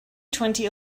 twenty